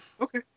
Okay